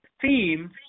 theme